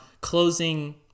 closing